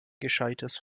gescheites